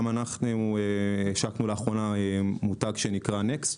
גם אנחנו השקנו לאחרונה מותג שנקרא NEXT,